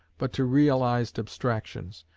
but to realized abstractions.